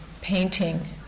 painting